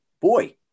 boy